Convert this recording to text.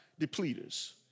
depleters